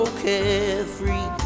carefree